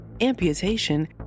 amputation